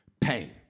pain